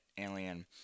alien